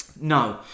No